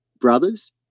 brothers